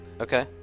Okay